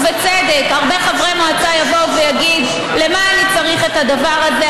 הרבה חברי מועצה בצדק יבואו ויגידו: למה אני צריך את הדבר הזה?